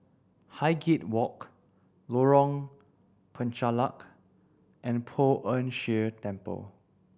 Highgate Walk Lorong Penchalak and Poh Ern Shih Temple